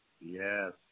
Yes